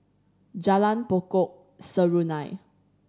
Jalan Pokok Serunai